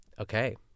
Okay